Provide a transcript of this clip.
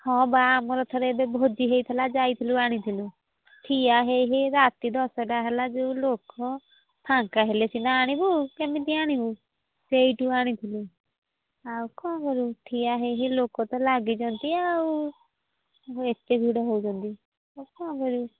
ହଁ ବା ଆମର ଥରେ ଏବେ ଭୋଜି ହେଇଥିଲା ଯାଇଥିଲୁ ଆଣିଥିଲୁ ଠିଆ ହେଇ ହେଇ ରାତି ଦଶଟା ହେଲା ଯୋଉ ଲୋକ ଫାଙ୍କା ହେଲେ ସିନା ଆଣିବୁ କେମିତି ଆଣିବୁ ସେଇଠୁ ଆଣିଥିଲୁ ଆଉ କ'ଣ କରିବୁ ଠିଆ ହେଇ ହେଇ ଲୋକ ତ ଲାଗିଛନ୍ତି ଆଉ ଏତେ ଭିଡ଼ ହେଉଛନ୍ତି ଆଉ କ'ଣ କରିବୁ